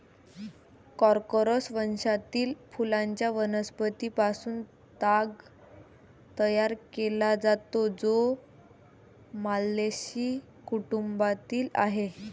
Corchorus वंशातील फुलांच्या वनस्पतीं पासून ताग तयार केला जातो, जो माल्व्हेसी कुटुंबातील आहे